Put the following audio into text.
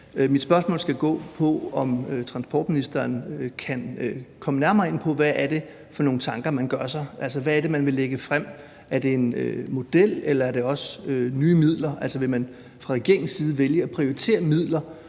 Mit spørgsmål skal gå på, om transportministeren kan komme nærmere ind på, hvad det er for nogle tanker, man gør sig. Altså, hvad er det, man vil lægge frem? Er det en model, eller det også nye midler? Vil man fra regeringens side vælge at prioritere midler